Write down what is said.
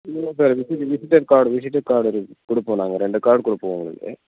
இல்ல sir visiting visitor card visitor card இருக் கொடுப்போம் நாங்கள் ரெண்டு கார்ட் கொடுப்போம் உங்களுக்கு